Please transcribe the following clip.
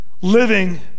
living